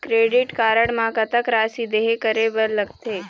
Credit card म कतक राशि देहे करे बर लगथे?